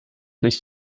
nicht